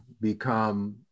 become